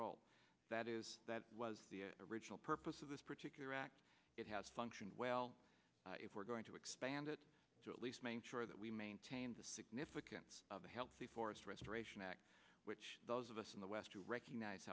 role that is that was the original purpose of this particular act it has functioned well if we're going to expand it to at least make sure that we maintain the significance of the healthy forest restoration act which those of us in the west who recognize